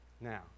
Now